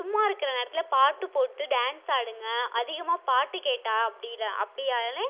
சும்மா இருக்கிற நேரத்தில் பாட்டு போட்டு டான்ஸ் ஆடுங்கள் அதிகமாக பாட்டு கேட்டால் அப்படியில்ல அப்படியானு